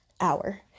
hour